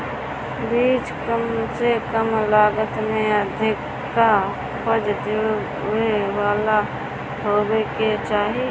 बीज कम से कम लागत में अधिका उपज देवे वाला होखे के चाही